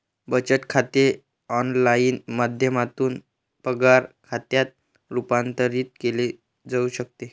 बचत खाते ऑनलाइन माध्यमातून पगार खात्यात रूपांतरित केले जाऊ शकते